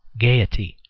gaiety,